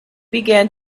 began